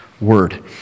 word